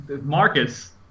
Marcus